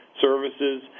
services